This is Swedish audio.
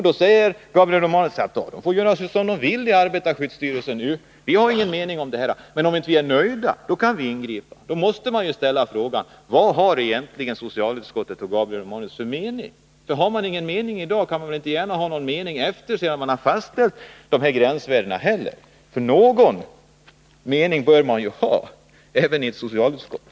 Gabriel Romanus säger att de får göra vad de vill i arbetarskyddsstyrelsen — vi har inte någon mening om detta, men om inte vi är nöjda, så kan vi ingripa. Då måste jag ställa frågan: Vad har egentligen socialutskottet och Gabriel Romanus för mening? Om man inte har någon mening i dag, kan man inte gärna ha någon mening sedan gränsvärdena fastställts. Någon mening bör man ju ha även i ett socialutskott.